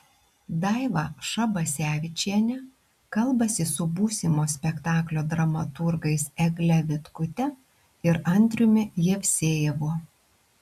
daiva šabasevičienė kalbasi su būsimo spektaklio dramaturgais egle vitkute ir andriumi jevsejevu